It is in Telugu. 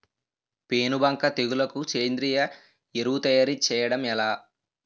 పేను బంక తెగులుకు సేంద్రీయ ఎరువు తయారు చేయడం ఎలా?